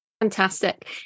Fantastic